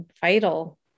vital